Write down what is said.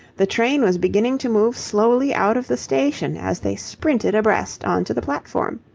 the train was beginning to move slowly out of the station as they sprinted abreast on to the platform.